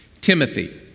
Timothy